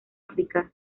áfrica